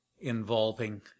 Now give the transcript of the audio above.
involving